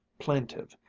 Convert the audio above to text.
plaintive,